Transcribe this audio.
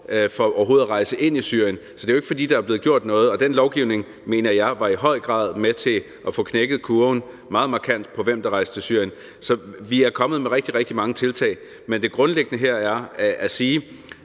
for overhovedet at rejse ind i Syrien. Så det er ikke, fordi der ikke er blevet gjort noget. Og den lovgivning mener jeg i høj grad var med til at få knækket kurven meget markant på, hvem der rejste til Syrien. Så vi er kommet med rigtig, rigtig mange tiltag, men det grundlæggende her er, at ved